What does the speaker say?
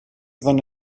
than